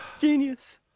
Genius